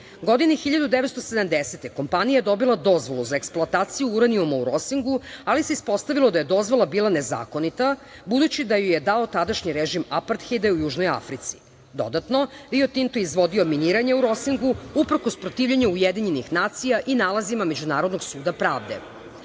godine. Godine 1970 kompanija dobila dozvolu za eksploataciju uranijuma u „Rozingu“, ali se ispostavilo da je dozvola bila nezakonita, budući da ju je dao tadašnji režim aparthejda u Južnoj Africi. Dodatno, Rio Tinto je izvodio miniranje u „Rozingu“ uprkos protivljenju Ujedinjenih nacija i nalazima Međunarodnog suda pravde.